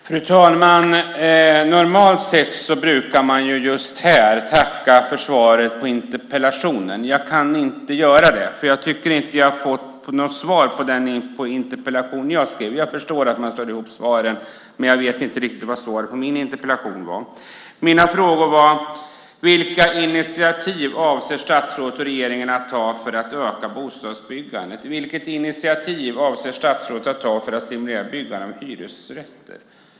Fru talman! Normalt sett brukar man här tacka för svaret på interpellationen. Jag kan inte göra det. Jag tycker inte att jag har fått något svar på den interpellation jag skrev. Jag förstår att man slår ihop svaren, men jag vet inte riktigt vad svaret på min interpellation var. Mina frågor var: Vilka initiativ avser statsrådet och regeringen att ta för att öka bostadsbyggandet? Vilket initiativ avser statsrådet att ta för att stimulera byggandet av hyresrätter?